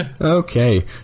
Okay